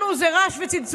ראשון הדוברים,